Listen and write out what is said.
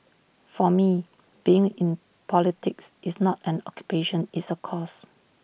for me being in politics is not an occupation it's A cause